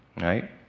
right